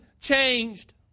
changed